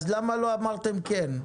אז למה לא אמרתם כן?